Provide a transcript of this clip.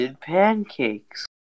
pancakes